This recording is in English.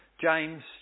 James